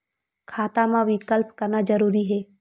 खाता मा विकल्प करना जरूरी है?